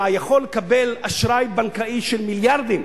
יכול לקבל אשראי בנקאי של מיליארדים,